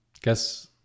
guess